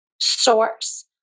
source